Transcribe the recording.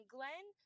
Glenn